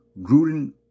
Gruden